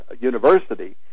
university